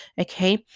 Okay